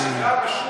היא שיקרה פשוט,